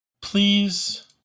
Please